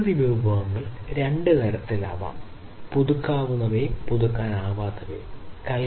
പ്രകൃതി വിഭവങ്ങൾ രണ്ട് തരത്തിലാകാം റിന്യൂവബിൾ ആൻഡ് നോൺ റിന്യൂവബിൾ